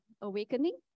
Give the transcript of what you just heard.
awakening